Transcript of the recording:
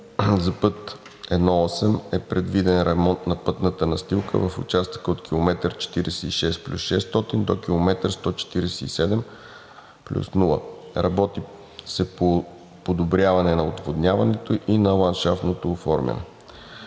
за път I 8 е предвиден ремонт на пътната настилка в участъка от км 46+600 и км 147+0. Работи се по подобряване на отводняването и на ландшафтното оформяне.